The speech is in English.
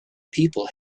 people